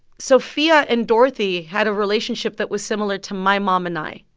sophia and dorothy had a relationship that was similar to my mom and i,